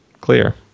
Clear